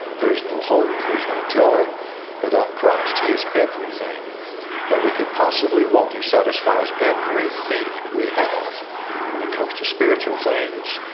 there is no hope there is no joy without christ he is everything that we could possibly want he satisfies every need we have when it comes to spiritual things.